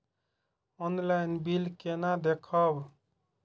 Online bill केना देखब?